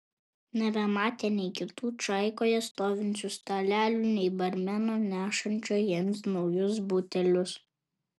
nebematė nei kitų čaikoje stovinčių stalelių nei barmeno nešančio jiems naujus butelius